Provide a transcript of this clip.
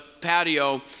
patio